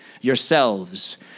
yourselves